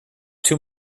too